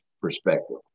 perspective